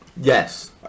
Yes